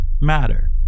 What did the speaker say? matter